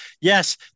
Yes